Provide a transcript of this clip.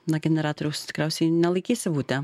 na generatoriaus tikriausiai nelaikysi bute